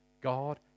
God